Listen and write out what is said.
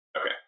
Okay